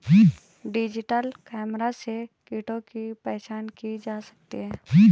digital camera से कीटों की पहचान की जा सकती है